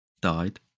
died